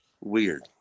weird